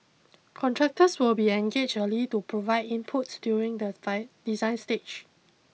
contractors will be engaged early to provide inputs during the design stage